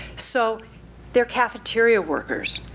so they're cafeteria workers.